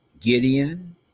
Gideon